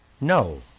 No